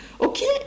Okay